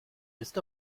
bist